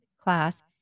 class